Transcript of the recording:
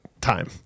time